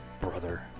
brother